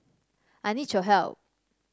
I need your help